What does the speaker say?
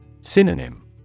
Synonym